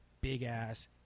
big-ass